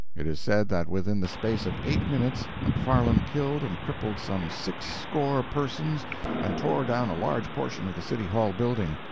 it is said that within the space of eight minutes mcfarland killed and crippled some six score persons and tore down a large portion of the city hall building,